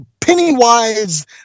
Pennywise